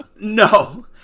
No